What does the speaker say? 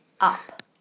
Up